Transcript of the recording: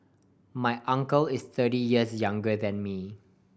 my uncle is thirty years younger than me